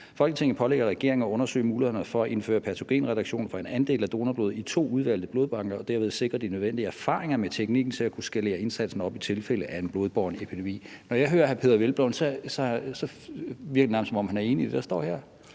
Folketinget pålægger regeringen at undersøge mulighederne for at indføre patogenreduktion for en andel af donorblodet i to udvalgte blodbanker og derved sikre de nødvendige erfaringer med teknikken til at kunne skalere indsatsen op i tilfælde af en blodbåren epidemi.« Når jeg hører hr. Peder Hvelplund, virker det nærmest, som om han er enig i det, der står her.